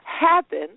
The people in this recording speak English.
happen